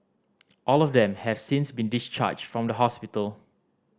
all of them has since been discharged from the hospital